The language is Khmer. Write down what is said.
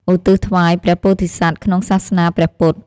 ឧទ្ទិសថ្វាយព្រះពោធិសត្វ ក្នុងសាសនាព្រះពុទ្ធ។